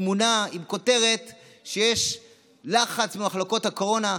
תמונה עם כותרת שיש לחץ במחלקות הקורונה,